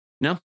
No